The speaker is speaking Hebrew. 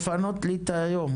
אני מבקש לפנות לי את היום,